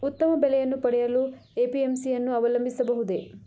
ಉತ್ತಮ ಬೆಲೆಯನ್ನು ಪಡೆಯಲು ಎ.ಪಿ.ಎಂ.ಸಿ ಯನ್ನು ಅವಲಂಬಿಸಬಹುದೇ?